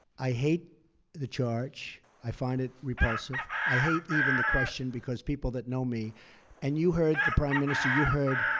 i hate the charge. i find it repulsive. i hate even the question because people that know me and you heard the prime minister, you heard